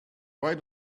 why